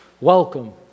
welcome